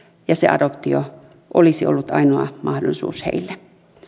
ja se adoptio olisi ollut ainoa mahdollisuus heille